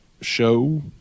show